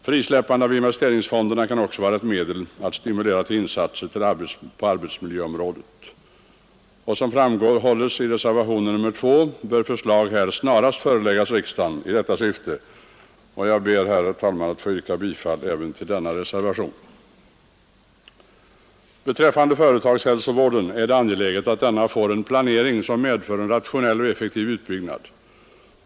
Frisläppande av investeringsfonderna kan också vara ett medel att stimulera till insatser på arbetsmiljöområdet. Som framhålles i reservationen 2 bör förslag snarast föreläggas riksdagen i detta syfte, och jag ber att få yrka bifall till denna reservation. Det är angeläget att företagshälsovården får en planering som medför en rationell och effektiv utbyggnad.